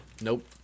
Nope